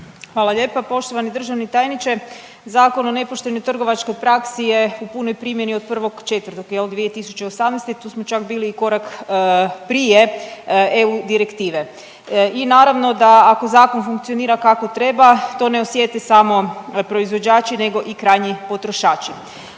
Hvala lijepa. Poštovani državni tajniče, Zakon o nepoštenoj trgovačkoj praksi je u punoj primjeni od 1.4. jel 2018., tu smo čak bili i korak prije EU Direktive i naravno da ako zakon funkcionira kako treba to ne osjete samo proizvođači nego i krajnji potrošači.